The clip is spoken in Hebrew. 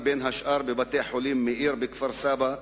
בין השאר בבית-החולים "מאיר" בכפר-סבא,